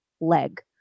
leg